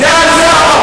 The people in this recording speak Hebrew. זו המהות.